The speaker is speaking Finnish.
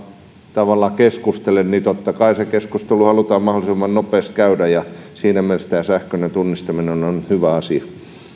tavallaan keskustelen niin totta kai se keskustelu halutaan mahdollisimman nopeasti käydä siinä mielessä tämä sähköinen tunnistaminen on hyvä asia